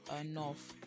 enough